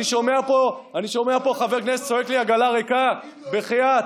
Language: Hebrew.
גם למנסור עבאס.